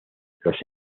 los